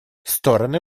стороны